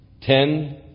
ten